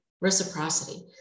reciprocity